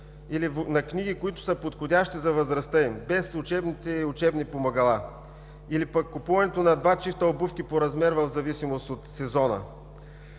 на книги, които са подходящи за възрастта им, но без учебници и учебни помагала, или пък купуването на два чифта обувки по размер в зависимост от сезона.